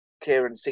Kieran